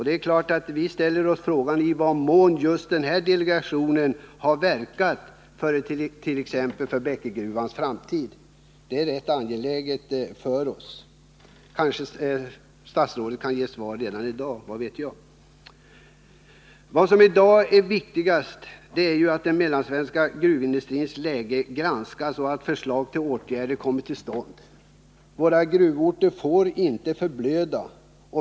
Det är klart att vi frågar oss i vad mån just den här delegationen har verkat för Bäckegruvans framtid. Det är rätt angeläget för oss att få ett svar. Kanske statsrådet kan ge oss det redan i dag — vad vet jag? Vad som i dag är viktigast är att den mellansvenska gruvindustrins läge granskas och att förslag till åtgärder framläggs. Våra gruvorter får inte förblöda.